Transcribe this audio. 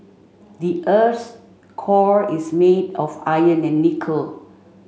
the earth's core is made of iron and nickel